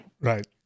Right